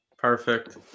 Perfect